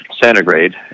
centigrade